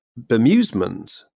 bemusement